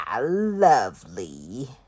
lovely